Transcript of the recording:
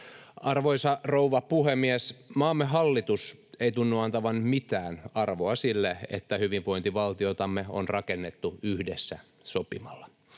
Arvoisa rouva puhemies! Maamme hallitus ei tunnu antavan mitään arvoa sille, että hyvinvointivaltiotamme on rakennettu yhdessä sopimalla.